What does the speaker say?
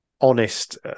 honest